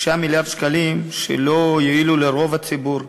9 מיליארד שקלים שלא יועילו לרוב הציבור,